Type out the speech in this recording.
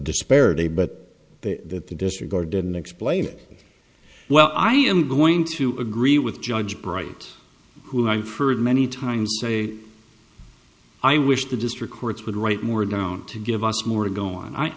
disparity but that the disregard didn't explain it well i am going to agree with judge bright who i've heard many times say i wish the district courts would write more down to give us more to go on i